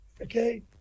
okay